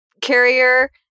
carrier